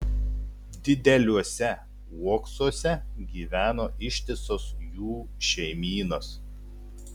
dideliuose uoksuose gyveno ištisos jų šeimynos